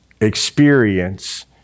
experience